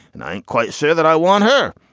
and i'm quite sure that i want her,